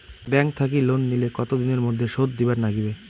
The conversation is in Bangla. ব্যাংক থাকি লোন নিলে কতো দিনের মধ্যে শোধ দিবার নাগিবে?